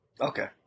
Okay